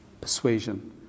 persuasion